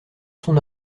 son